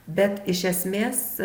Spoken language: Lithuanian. bet iš esmės